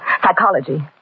Psychology